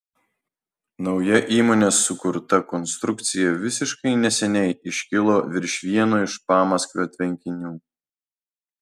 nauja įmonės sukurta konstrukcija visiškai neseniai iškilo virš vieno iš pamaskvio tvenkinių